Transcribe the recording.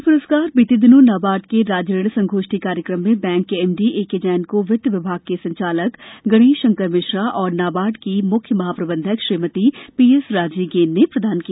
यह प्रस्कार बीते दिनों नाबार्ड के राज्य ऋण संगोष्ठी कार्यक्रम में बैंक के एमडी एके जैन को वित्त विभाग के संचालक गणेश शंकर मिश्रा एवं नाबार्ड के मुख्य महाप्रबंधक श्रीमती पीएस राजी गेन ने प्रदान किया